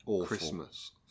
Christmas